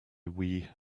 wii